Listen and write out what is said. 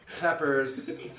peppers